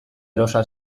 erosten